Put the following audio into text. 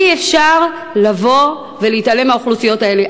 אי-אפשר לבוא ולהתעלם מהאוכלוסיות האלה.